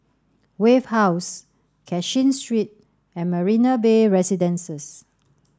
Wave House Cashin Street and Marina Bay Residences